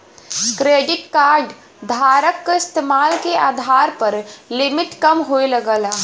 credit card धारक क इस्तेमाल के आधार पर लिमिट कम होये लगला